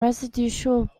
residual